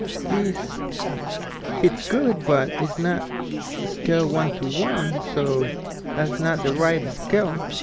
this fits good but is not scale one to one so that's not the right scale,